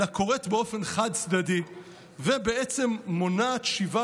אלא קורית באופן חד-צדדי ובעצם מונעת שיבה